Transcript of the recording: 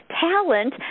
talent